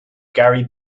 gary